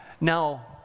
Now